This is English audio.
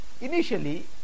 initially